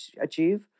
achieve